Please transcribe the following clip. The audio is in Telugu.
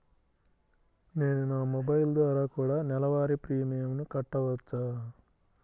నేను నా మొబైల్ ద్వారా కూడ నెల వారి ప్రీమియంను కట్టావచ్చా?